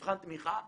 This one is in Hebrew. מבחן התמיכה פתוח,